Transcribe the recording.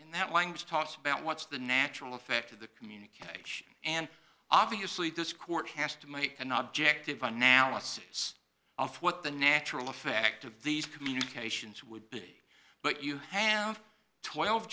in that language talks about what's the natural effect of the communication and obviously this court has to make an object of analysis of what the natural effect of these communications would big but you have twelve